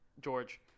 george